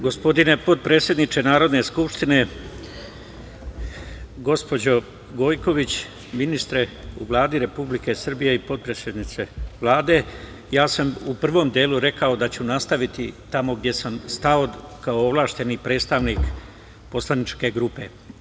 Gospodine potpredsedniče Narodne skupštine, gospođo Gojković, ministre u Vladi Republike Srbije i potpredsednice Vlade, ja sam u prvom delu rekao da ću nastaviti tamo gde sam stao kao ovlašćeni predstavnik poslaničke grupe.